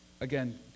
again